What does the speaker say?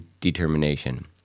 determination